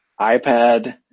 iPad